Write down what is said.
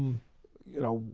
you know,